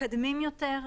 מתקדמים יותר.